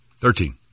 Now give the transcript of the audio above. Thirteen